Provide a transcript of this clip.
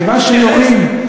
כיוון שיורים,